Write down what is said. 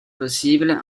possible